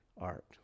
art